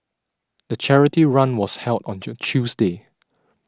the charity run was held onto Tuesday